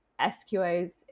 SQOs